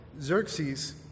Xerxes